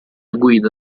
guida